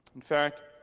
in fact,